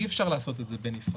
אי אפשר לעשות את זה בנפרד.